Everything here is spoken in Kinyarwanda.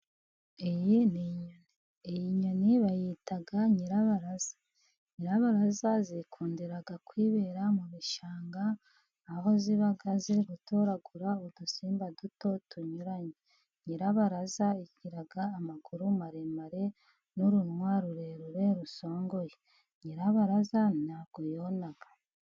Iyi ninyoni iyi nyoni bayita nyirabaraza, nyirabaraza zikundira kwibera mu bishanga, aho ziba ziri gutoragura, udusimba duto tunyuranye, nyirabaraza igira amaguru, maremare n'urunwa rurerure usongoye, nyirabaraza ntabwo yona.